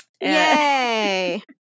Yay